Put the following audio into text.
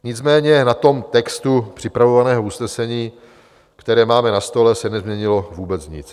Nicméně na tom textu připraveného usnesení, které máme na stole, se nezměnilo vůbec nic.